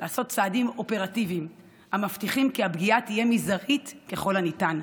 לעשות צעדים אופרטיביים המבטיחים כי הפגיעה תהיה מזערית ככל הניתן.